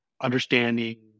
understanding